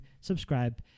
subscribe